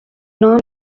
non